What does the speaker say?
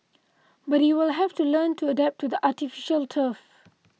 but he will have to learn to adapt to the artificial turf